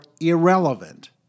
irrelevant